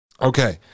Okay